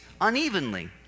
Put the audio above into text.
unevenly